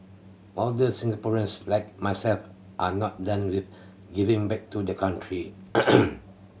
older Singaporeans like myself are not done with giving back to the country